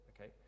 Okay